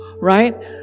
Right